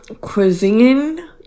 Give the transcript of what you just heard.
cuisine